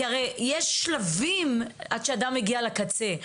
כי הרי יש שלבים עד שאדם מגיע לקצה.